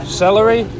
celery